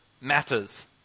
matters